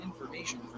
information